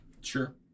sure